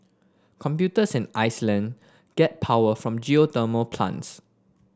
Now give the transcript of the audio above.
computers in Iceland get power from geothermal plants